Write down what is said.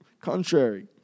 Contrary